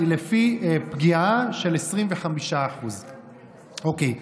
היא לפי פגיעה של 25%. אוקיי.